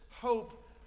hope